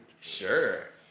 sure